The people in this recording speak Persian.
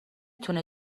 تونه